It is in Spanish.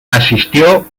asistió